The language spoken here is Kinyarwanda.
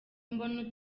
mbona